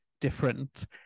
different